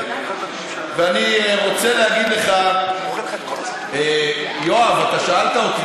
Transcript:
אני רוצה להגיד לך, יואב, אתה שאלת אותי.